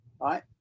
right